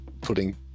putting